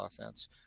offense